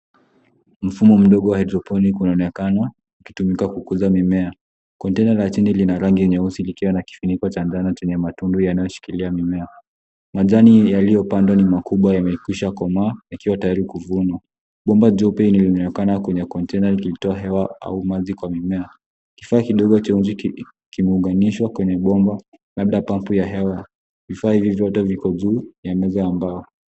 Mfumo mdogo wa hydroponic unaonekana, ukitumika kukuza mimea. Kontena la chuma lenye rangi ya asili limewekwa juu ya chanda na kuna mabomba madogo yanayoshikilia mimea. Mimea iliyopandwa humo ni mikubwa na imekomaa, ikiwa tayari kuvunwa. Bomba jeupe limewekwa na kuunganishwa, likisambaza hewa au maji kwa mimea. Kifaa kidogo kimeunganishwa kwenye bomba. Vifaa hivyo viko safi na vimepangwa vizuri.